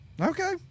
Okay